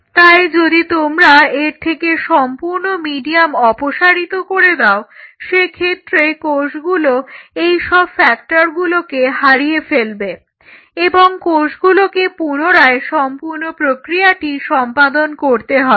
তাই যদি তোমরা এর থেকে সম্পূর্ণ মিডিয়াম অপসারিত করে দাও সেক্ষেত্রে কোষগুলো এই সব ফ্যাক্টরগুলোকে হারিয়ে ফেলবে এবং কোষগুলোকে পুনরায় সম্পূর্ণ প্রক্রিয়াটি সম্পাদন করতে হবে